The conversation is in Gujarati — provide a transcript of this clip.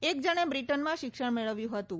એક જણે બ્રિટનમાં શિક્ષણ મેળવ્યું હતું